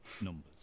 numbers